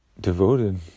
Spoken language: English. devoted